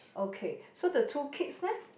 okay so the two kids leh